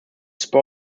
spur